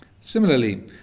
Similarly